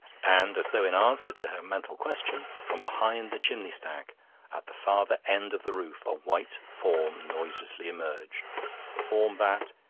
and as though in answer to her mental question, from behind the chimney-stack at the farther end of the roof a white form noiselessly emerged a form that,